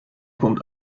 pumpt